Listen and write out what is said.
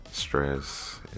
Stress